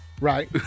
right